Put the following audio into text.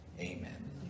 Amen